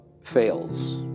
fails